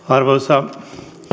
arvoisa